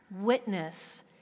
witness